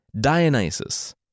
Dionysus